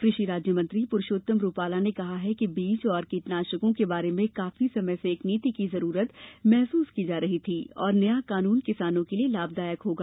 कृषि राज्य मंत्री प्रुषोत्तम रूपाला ने कहा कि बीज और कीटनाशकों के बारे में काफी समय से एक नीति की जरूरत महसूस की जा रही थी और नया कानून किसानों के लिए लाभदायक होगा